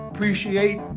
Appreciate